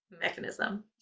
mechanism